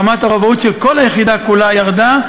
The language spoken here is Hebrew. רמת הרובאות של כל היחידה כולה ירדה,